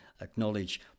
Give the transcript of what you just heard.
acknowledge